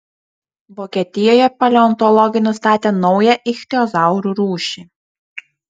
vokietijoje paleontologai nustatė naują ichtiozaurų rūšį